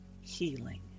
healing